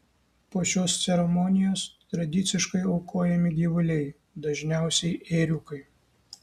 po šios ceremonijos tradiciškai aukojami gyvuliai dažniausiai ėriukai